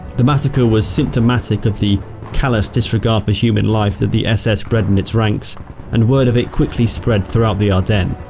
the massacre was symptomatic of the callous disregard for human life that the ss bred in its ranks and word of it quickly spread throughout the ardennes.